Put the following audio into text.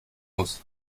muss